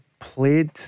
played